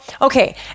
okay